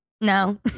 no